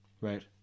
Right